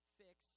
fix